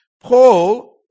Paul